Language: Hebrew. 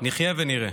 נחיה ונראה.